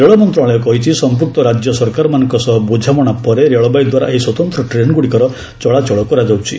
ରେଳ ମନ୍ତ୍ରଶାଳୟ କହିଛି ସମ୍ପୁକ୍ତ ରାଜ୍ୟ ସରକାରମାନଙ୍କ ସହ ବୁଝାମଣା ପରେ ରେଳବାଇ ଦ୍ୱାରା ଏହି ସ୍ୱତନ୍ତ୍ର ଟ୍ରେନ୍ଗୁଡ଼ିକର ଚଳାଚଳ କରାଯାଉଛି